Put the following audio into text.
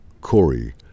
Corey